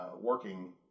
working